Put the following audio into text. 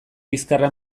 bizkarra